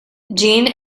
jeanne